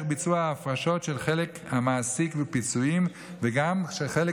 ביצוע ההפרשות של חלק המעסיק ופיצויים וגם של חלק